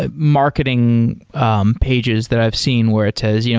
ah marketing um pages that i've seen where it says, you know